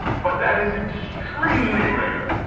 but that is extremely rare.